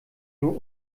nur